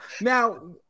Now